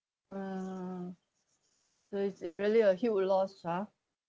err so it is really a huge loss ah